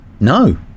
No